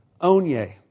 Onye